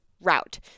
route